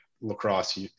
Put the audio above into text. lacrosse